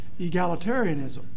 egalitarianism